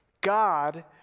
God